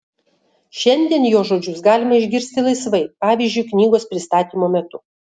šiandien jo žodžius galima išgirsti laisvai pavyzdžiui knygos pristatymo metu